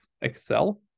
Excel